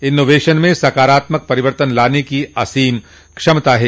innovation में सकारात्मक परिवर्तन लाने की असीम क्षमता है